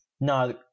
no